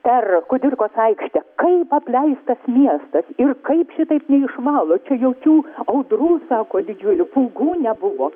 per kudirkos aikštę kaip apleistas miestas ir kaip šitaip neišvalo čia jokių audrų sako didžiulių pūgų nebuvo